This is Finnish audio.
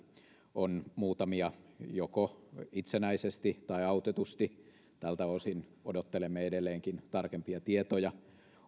on muutamia joko itsenäisesti tai autetusti tältä osin odottelemme edelleenkin tarkempia tietoja